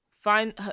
find